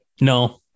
No